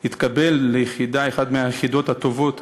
התקבל לאחת היחידות הטובות,